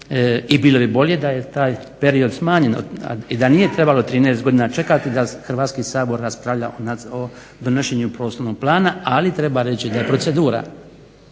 i bilo bi bolje da je taj period smanjen i da nije trebalo 13 godina čekati da Hrvatski sabor raspravlja o donošenju prostornog plana. Ali treba reći da je procedura